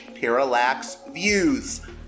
parallaxviews